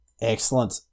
Excellent